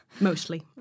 Mostly